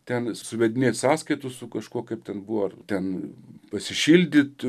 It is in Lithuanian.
ten suvedinėti sąskaitų su kažkuo kaip ten buvo ten pasišildyt